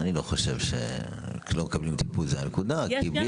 אני לא חושב שכשלא מקבלים טיפול זו הנקודה כי בלי